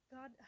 God